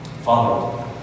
Father